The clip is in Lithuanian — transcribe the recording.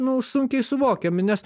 nu sunkiai suvokiami nes